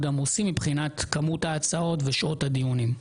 עמוסים מבחינת כמות ההצעות ושעות הדיונים.